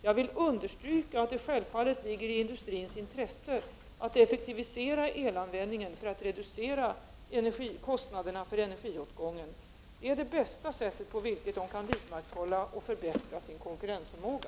Jag vill understryka att det självfallet ligger i industrins intresse att effekti visera elanvändningen för att reducera kostnaderna för energiåtgången. Det är det bästa sätt på vilket industrin kan vidmakthålla och förbättra sin konkurrensförmåga.